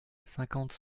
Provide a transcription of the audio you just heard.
cinquante